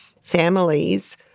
families